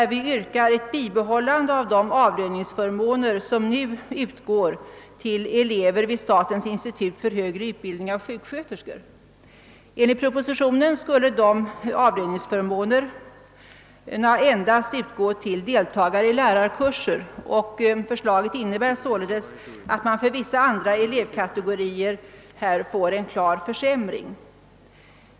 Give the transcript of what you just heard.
Vi yrkar däri ett bibehållande av de avlöningsförmåner som nu utgår till elever vid statens institut för högre utbildning av sjuksköterskor. Enligt propositionen skulle dessa avlöningsförmåner endast utgå till deltagare i lärarkurser. Förslaget innebär således att vissa andra elevkategorier får vidkännas en klar försämring.